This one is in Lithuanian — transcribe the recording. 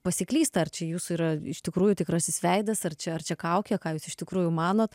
pasiklysta ar čia jūsų yra iš tikrųjų tikrasis veidas ar čia ar čia kaukė ką jūs iš tikrųjų manot